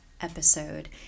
episode